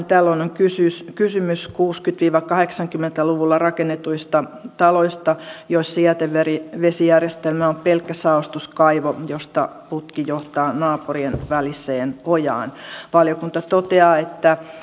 tällöin on kysymys kysymys pääosin kuusikymmentä viiva kahdeksankymmentä luvulla rakennetuista taloista joissa jätevesijärjestelmä on pelkkä saostuskaivo josta putki johtaa naapurien väliseen ojaan valiokunta toteaa että